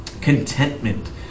contentment